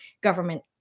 government